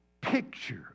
picture